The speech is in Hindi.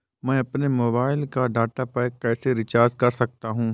मैं अपने मोबाइल का डाटा पैक कैसे रीचार्ज कर सकता हूँ?